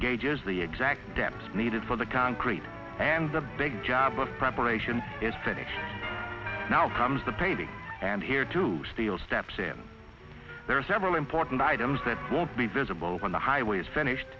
gauges the exact depth needed for the concrete and the big job of preparation is that now comes the painting and here to steal steps in there are several important items that won't be visible on the highway is finished